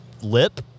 lip